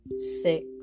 six